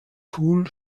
school